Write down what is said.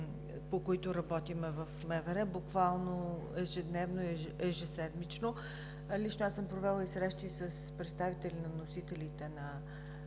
по които работим в МВР, буквално ежедневно и ежеседмично. Лично аз съм провела срещи с представители на вносителите на